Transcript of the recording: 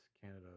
Canada